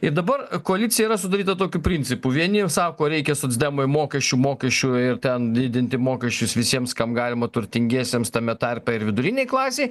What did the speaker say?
ir dabar koalicija yra sudaryta tokiu principu vieni sako reikia socdemai mokesčių mokesčių ir ten didinti mokesčius visiems kam galima turtingiesiems tame tarpe ir vidurinei klasei